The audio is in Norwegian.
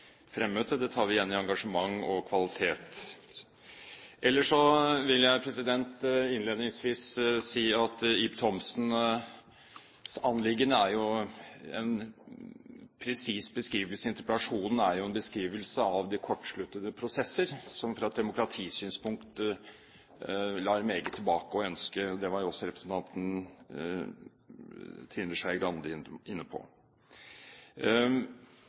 kvalitet. Ellers vil jeg innledningsvis si at Ib Thomsens anliggende i interpellasjonen er en presis beskrivelse av de kortsluttede prosesser, som fra et demokratisynspunkt lar meget tilbake å ønske. Det var også representanten Trine Skei Grande inne på.